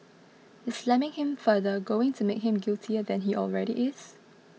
is slamming him further going to make him guiltier than he already is